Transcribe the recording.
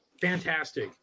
fantastic